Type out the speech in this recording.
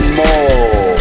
more